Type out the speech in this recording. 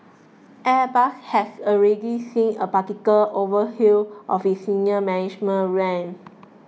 airbus has already seen a partial overhaul of its senior management ranks